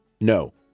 No